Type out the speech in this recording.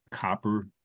copper